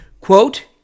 quote